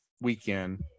Weekend